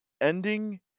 ending